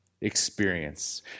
experience